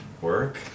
work